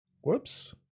Whoops